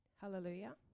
Hallelujah